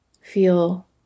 Feel